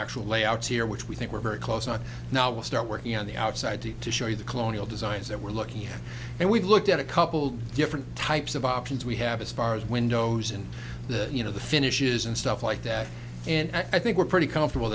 actual layout here which we think we're very close on now we'll start working on the outside to show you the colonial designs that we're looking at and we've looked at a couple different types of options we have as far as windows and the you know the finishes and stuff like that and i think we're pretty comfortable